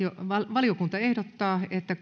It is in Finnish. valiokunta ehdottaa että